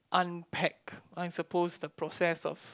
unpack I suppose the process of